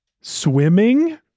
swimming